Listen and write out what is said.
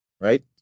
Right